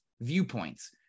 viewpoints